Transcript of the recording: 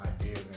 ideas